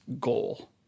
goal